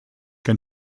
can